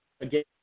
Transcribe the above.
again